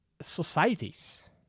societies